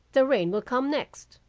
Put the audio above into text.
the rain will come next